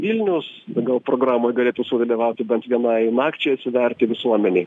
vilnius pagal programą galėtų sudalyvauti bent vienai nakčiai atsiverti visuomenei